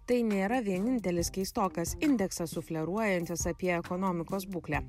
tai nėra vienintelis keistokas indeksas sufleruojantis apie ekonomikos būklę